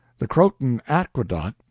the croton aqueduct,